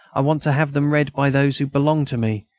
i want to have them read by those who belong to me,